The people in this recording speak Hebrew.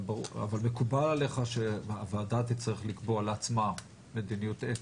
אבל מקובל עליך שהוועדה תצטרך לקבוע לעצמה מדיניות אתית?